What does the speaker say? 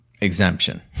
exemption